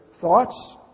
thoughts